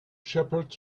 shepherds